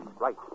Right